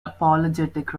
apologetic